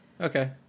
Okay